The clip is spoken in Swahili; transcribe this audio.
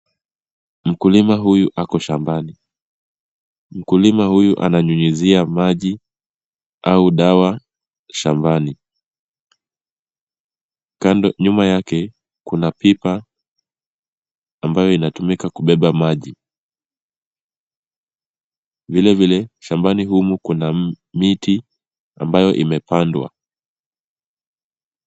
Mkulima huyu ako shambani. Mkulima huyu ananyunyuzia maji au dawa shambani. Nyuma yake kuna pipa ambayo inatumika kubeba maji. Vilevile shambani humu kuna miti ambayo imepandwa.